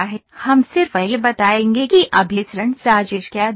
हम सिर्फ यह बताएंगे कि अभिसरण साजिश क्या दिखती है